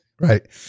Right